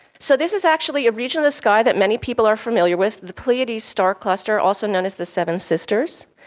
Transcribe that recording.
so this is actually a region in the sky that many people are familiar with, the pleiades star cluster, also known as the seven sisters,